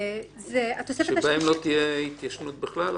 עליו התיישנות.